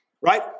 right